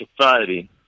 Society